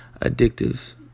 addictives